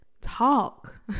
talk